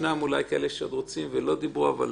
ישנם אולי כאלה שרוצים ולא דיברו אבל